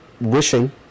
wishing